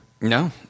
No